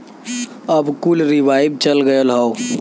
अब कुल रीवाइव चल गयल हौ